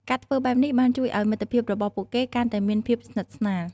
ការធ្វើបែបនេះបានជួយឲ្យមិត្តភាពរបស់ពួកគេកាន់តែមានភាពស្និទ្ធស្នាល។